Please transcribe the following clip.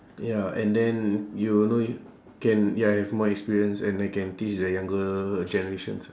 ya and then you know y~ can ya have more experience and I can teach the younger generations